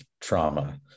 trauma